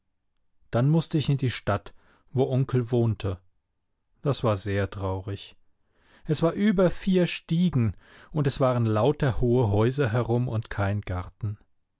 dann mußte ich in die stadt wo onkel wohnte das war sehr traurig es war über vier stiegen und es waren lauter hohe häuser herum und kein garten